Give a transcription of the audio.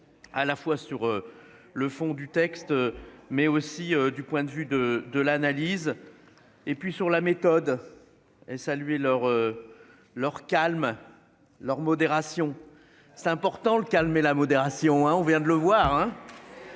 À la fois sur. Le fond du texte, mais aussi du point de vue de, de l'analyse. Et puis sur la méthode. Et saluer leur. Leur calme. Leur modération c'est important le calmer la modération hein, on vient de le voir